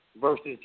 versus